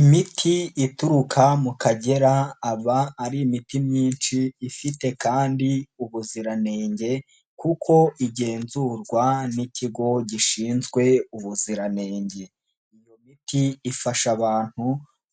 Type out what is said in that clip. Imiti ituruka mu Kagera aba ari imiti myinshi ifite kandi ubuziranenge, kuko igenzurwa n'ikigo gishinzwe ubuziranenge. Iyo miti ifasha abantu